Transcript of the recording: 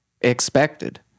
expected